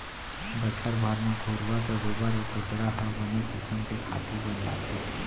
बछर भर म घुरूवा के गोबर अउ कचरा ह बने किसम के खातू बन जाथे